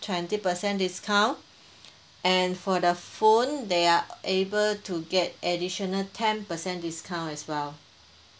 twenty percent discount and for the phone they are able to get additional ten percent discount as well